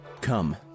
Come